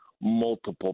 multiple